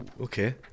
Okay